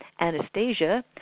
Anastasia